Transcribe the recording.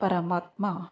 ಪರಮಾತ್ಮ